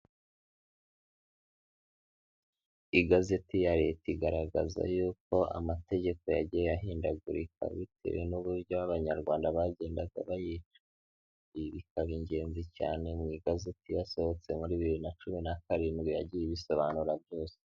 Igazeti ya leta igaragaza yuko amategeko yagiye ahindagurika bitewe n'uburyo Abanyarwanda bagendaga bayica, ibi bikaba ingenzi cyane mu igazeti yasohotse muri bibiri na cumi na karindwi yagiye ibisobanura byose.